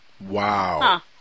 Wow